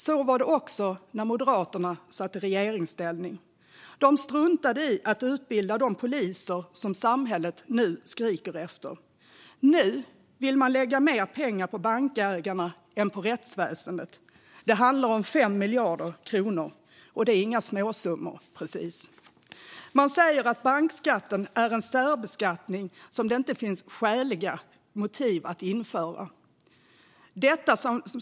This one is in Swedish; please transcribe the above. Så var det också när Moderaterna satt i regeringsställning. De struntade i att utbilda de poliser som samhället nu skriker efter. Nu vill de lägga mer pengar på bankägarna än på rättsväsendet. Det handlar om 5 miljarder kronor. Det är inga småsummor precis. Man säger att bankskatten är en särbeskattning som det inte finns skäliga motiv att införa.